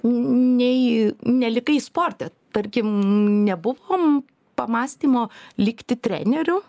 ne į nelikai sporte tarkim nebuvom pamąstymo likti treneriu